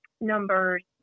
numbers